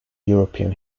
european